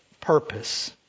purpose